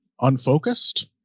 unfocused